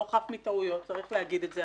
לא חף מטעויות, צריך להגיד את זה.